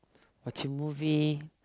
watching movie